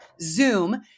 Zoom